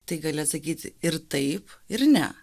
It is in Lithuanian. tai gali atsakyti ir taip ir ne